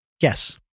Yes